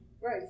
Right